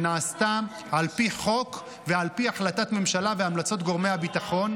שנעשתה על פי חוק ועל פי החלטת ממשלה והמלצות גורמי הביטחון,